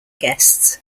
guests